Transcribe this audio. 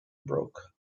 broke